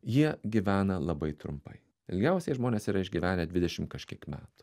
jie gyvena labai trumpai ilgiausiai žmonės yra išgyvenę dvidešimt kažkiek metų